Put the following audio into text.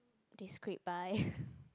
they scrape by